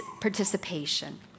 participation